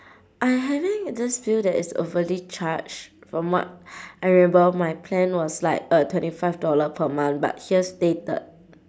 I having this bill that is overly charged from what I remember my plan was like uh twenty five dollar per month but here stated